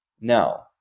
No